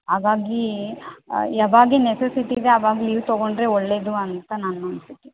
ಹಾಗಾಗೀ ಯಾವಾಗ ನೆಸೆಸಿಟಿ ಇದೆ ಅವಾಗ ಲೀವ್ ತೊಗೊಂಡರೆ ಒಳ್ಳೆಯದು ಅಂತ ನನ್ನ ಅನಿಸಿಕೆ